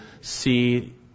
see